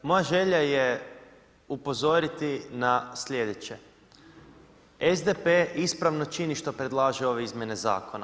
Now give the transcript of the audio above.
Moja želja je upozoriti na slijedeće, SDP ispravno čini što predlaže ove izmjene Zakona.